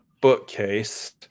bookcase